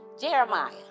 Jeremiah